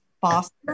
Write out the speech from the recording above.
Foster